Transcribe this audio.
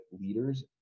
leaders